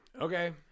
Okay